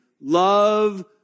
love